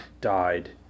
died